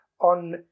on